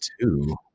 two